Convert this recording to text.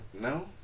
no